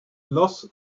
los